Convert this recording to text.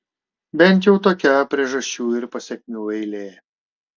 bent jau tokia priežasčių ir pasekmių eilė